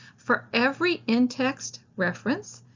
for every in-text reference,